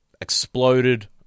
exploded